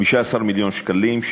15 מיליון שקלים,